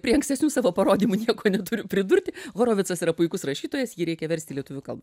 prie ankstesnių savo parodymų nieko neturiu pridurti horovicas yra puikus rašytojas jį reikia versti lietuvių kalba